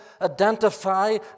identify